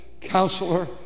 Counselor